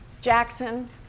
Jackson